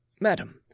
madam